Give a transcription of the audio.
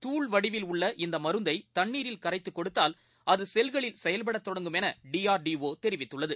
தாள்வடிவில்உள்ளஇந்தமருந்தை தண்ணீரில்கரைத்துகொடுத்தால்அதுசெல்களில்செயல்படதொடங்கும்எனடிஆர்டி ஒ தெரிவித்துள்ளது